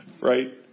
right